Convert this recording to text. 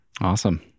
Awesome